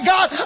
God